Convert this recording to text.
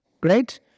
great